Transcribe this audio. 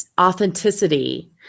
Authenticity